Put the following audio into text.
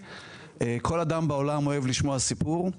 כל אדם בעולם אוהב לשמוע סיפור.